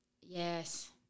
Yes